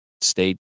state